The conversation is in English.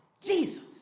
Jesus